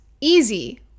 easy